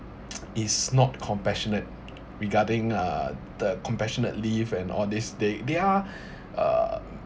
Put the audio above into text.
is not compassionate regarding uh the compassionate leave and all these thing they are uh